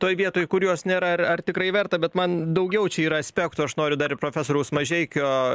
toj vietoj kur jos nėra ar ar tikrai verta bet man daugiau čia yra aspektų aš noriu dar ir profesoriaus mažeikio